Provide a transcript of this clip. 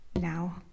now